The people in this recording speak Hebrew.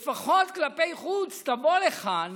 לפחות כלפי חוץ תבוא לכאן